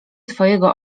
twojego